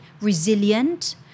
resilient